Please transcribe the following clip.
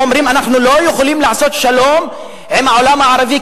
אומרים: אנחנו לא יכולים לעשות שלום עם העולם הערבי,